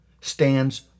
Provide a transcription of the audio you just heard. stands